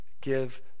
give